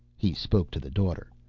he spoke to the daughter,